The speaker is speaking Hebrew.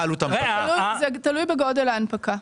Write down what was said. תלוי בגודל ההנפקה.